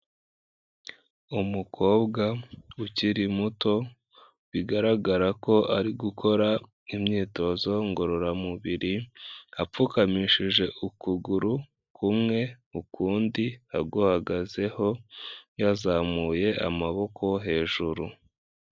Umukobwa ukiri muto bigaragara ko ari gukora imyitozo ngororamubiri, apfukamishije ukuguru kumwe ukundi aguhagazeho, yazamuye amaboko hejuru.